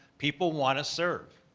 people want to serve.